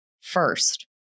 first